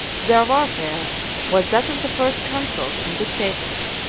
their warfare was that of the first consuls and dictators,